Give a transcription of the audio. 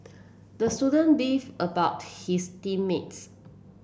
the student beefed about his team mates